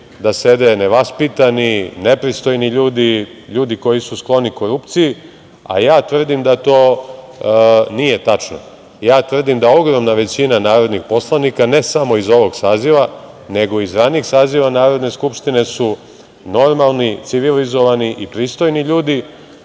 da sede nevaspitani, nepristojni ljudi, ljudi koji su skloni korupciji, a ja tvrdim da to nije tačno. Tvrdim da ogromna većina narodnih poslanika, ne samo iz ovog saziva, nego i iz ranijih saziva Narodne skupštine, su normalni, civilizovani i pristojni ljudi,